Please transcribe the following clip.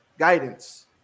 guidance